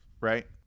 right